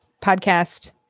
podcast